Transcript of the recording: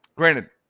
Granted